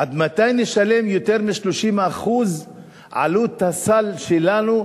עד מתי נשלם יותר מ-30% על הסל שלנו,